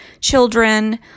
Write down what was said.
children